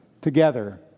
together